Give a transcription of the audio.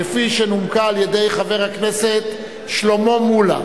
כפי שנומקה על-ידי חבר הכנסת שלמה מולה.